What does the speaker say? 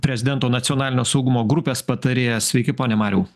prezidento nacionalinio saugumo grupės patarėjas sveiki pone mariau